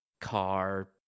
car